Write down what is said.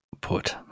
put